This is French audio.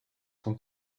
son